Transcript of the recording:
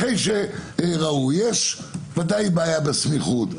אחרי שראו, יש ודאי בעיה בסמיכות.